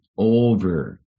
Over